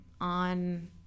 on